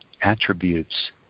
attributes